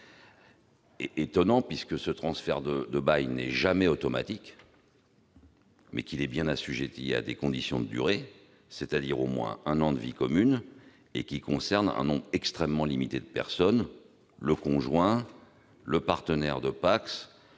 est étonnante, parce que ce transfert de bail n'est jamais automatique : il est assujetti à des conditions de durée, soit au moins un an de vie commune, et il concerne un nombre extrêmement limité de personnes, à savoir le conjoint, le partenaire d'un